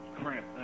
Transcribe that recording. Cramp